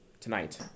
tonight